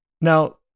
Now